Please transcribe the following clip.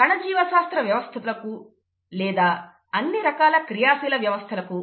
కణ జీవశాస్త్ర వ్యవస్థలకు లేదా అన్ని రకాల క్రియాశీల వ్యవస్థలకు